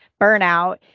burnout